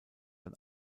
dann